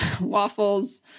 waffles